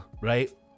right